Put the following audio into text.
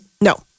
no